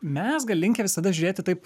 mes gal linkę visada žiūrėti taip